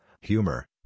humor